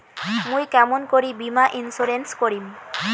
মুই কেমন করি বীমা ইন্সুরেন্স করিম?